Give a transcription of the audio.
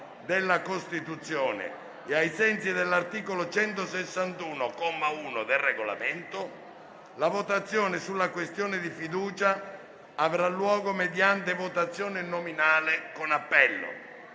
della Costituzione e ai sensi dell'articolo 161, comma 1, del Regolamento, la votazione sulla questione di fiducia avrà luogo mediante votazione nominale con appello.